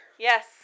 Yes